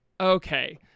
Okay